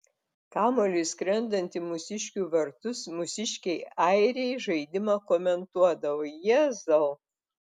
kamuoliui skrendant į mūsiškių vartus mūsiškiai airiai žaidimą komentuodavo jėzau